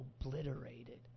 obliterated